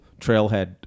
trailhead